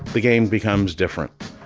the game becomes different.